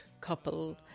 couple